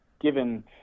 given